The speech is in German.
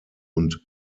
und